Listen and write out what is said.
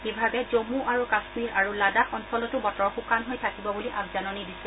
বিভাগে জম্ম আৰু কাশ্মীৰ আৰু লাডাখ অঞ্চলটো বতৰ শুকান হৈ থাকিব বুলি আগজাননী দিছে